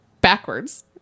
backwards